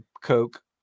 Coke